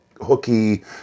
hooky